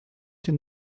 den